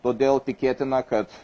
todėl tikėtina kad